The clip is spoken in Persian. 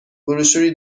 بروشوری